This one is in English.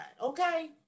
okay